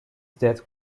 death